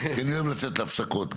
כי אני אוהב לצאת להפסקות מידי פעם.